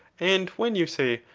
and when you say,